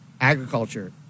agriculture